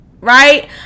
right